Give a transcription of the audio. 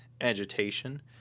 agitation